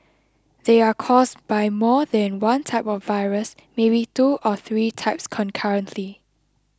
they are caused by more than one type of virus maybe two or three types concurrently